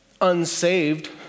unsaved